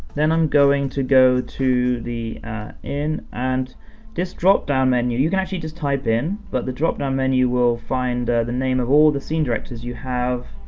then i'm going to go to the in and this drop down menu, you can actually just type in, but the drop down menu will find the name of all the scene directors you have,